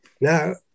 now